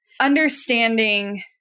understanding